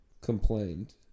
Complained